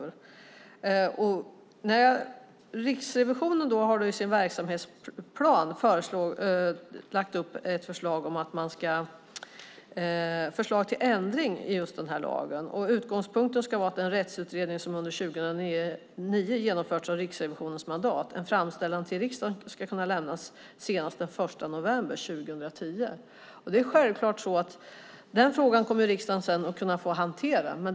Riksrevisionen har i sin verksamhetsplan lagt fram ett förslag till ändring i just den här lagen. Utgångspunkten ska vara att när det gäller den rättsutredning som under 2009 genomförts av Riksrevisionens mandat ska en framställan till riksdagen kunna lämnas senast den 1 november 2010. Den frågan kommer riksdagen sedan att kunna få hantera.